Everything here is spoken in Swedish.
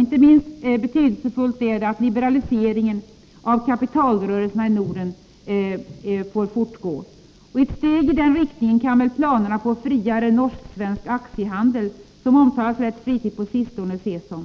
Inte minst betydelsefullt är att liberaliseringen av kapitalrörelserna i Norden får fortgå. Ett steg i den riktningen är väl planerna på en friare norsk-svensk aktiehandel, som det på sistone talats rätt mycket om.